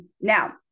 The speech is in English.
now